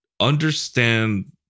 understand